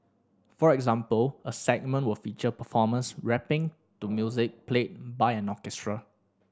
for example a segment will feature performers rapping to music played by an orchestra